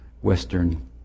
Western